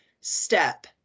step